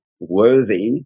worthy